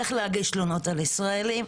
איך להגיש תלונות על ישראלים,